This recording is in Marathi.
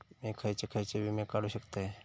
मी खयचे खयचे विमे काढू शकतय?